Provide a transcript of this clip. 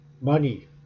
money